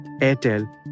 Airtel